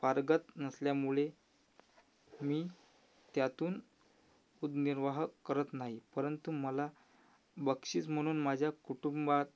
पारंगत नसल्यामुळे मी त्यातून उदरनिर्वाह करत नाही परंतु मला बक्षीस म्हणून माझ्या कुटुंबात